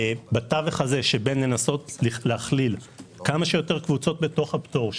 בתווך הזה שבין לנסות להכליל כמה שיותר קבוצות בתוך הפטור,